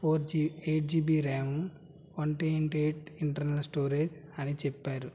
four G eight GB RAM one twenty eight internal storage అని చెప్పారు